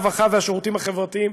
הרווחה והשירותים החברתיים,